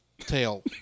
tail